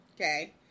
okay